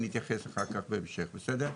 בסדר.